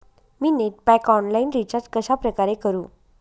मी net pack online recharge कशाप्रकारे करु?